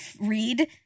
read